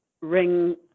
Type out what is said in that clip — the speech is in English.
ring